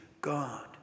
God